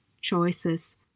choices